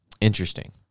Interesting